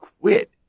quit